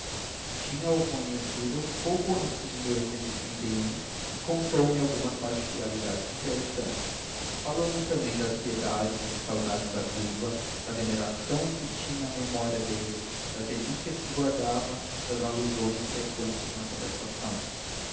sepultado o ex ministro tinha-o conhecido pouco antes de e contou-me algumas particularidades interessantes falou-me também da piedade e saudade da viúva da veneração em que tinha a memória dele das relíquias que guardava das alusões freqüentes na conversação